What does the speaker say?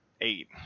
Eight